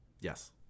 Yes